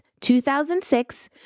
2006